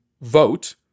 vote